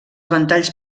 ventalls